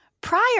prior